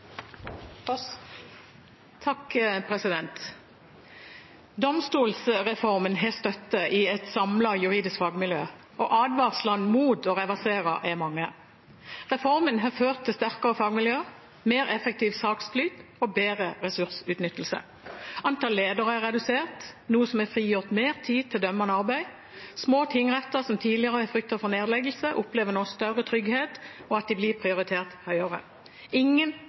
Domstolsreformen har støtte i et samlet juridisk fagmiljø, og advarslene mot å reversere er mange. Reformen har ført til sterkere fagmiljø, mer effektiv saksflyt og bedre ressursutnyttelse. Antall ledere er redusert, noe som har frigjort mer tid til dømmende arbeid. Små tingretter som tidligere har fryktet for nedleggelse, opplever nå større trygghet og at de blir prioritert høyere. Ingen